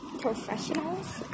Professionals